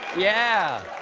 yeah,